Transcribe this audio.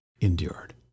endured